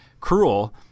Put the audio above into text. cruel